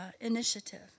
initiative